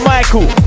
Michael